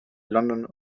london